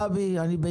גבי, אני מאחר.